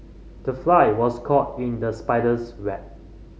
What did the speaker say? the fly was caught in the spider's web